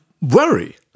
worry